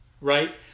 right